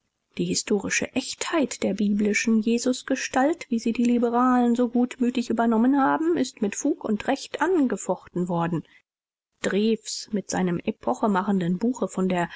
die historische echtheit der biblischen jesusgestalt wie sie die liberalen so gutgläubig übernommen haben ist mit fug und recht angefochten worden drews mit seinem epochemachenden buche von der